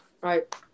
right